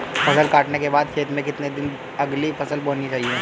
फसल काटने के बाद खेत में कितने दिन बाद अगली फसल बोनी चाहिये?